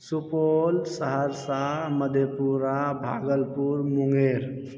Supaul Saharsa Madhepura Bhagalpur Munger